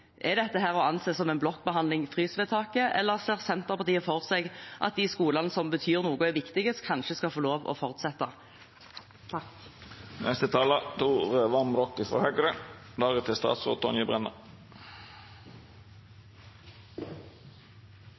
Er dette frysvedtaket å anse som en blokkbehandling, eller ser Senterpartiet for seg at de skolene som betyr noe og er viktige, kanskje skal få lov til å fortsette? Det er, som også forrige taler